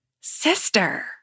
sister